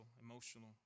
emotional